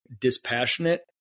dispassionate